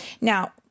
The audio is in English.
Now